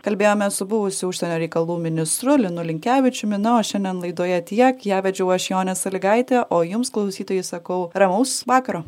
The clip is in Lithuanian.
kalbėjome su buvusiu užsienio reikalų ministru linu linkevičiumi na o šiandien laidoje tiek ją vedžiau aš jonė salygaitė o jums klausytojai sakau ramaus vakaro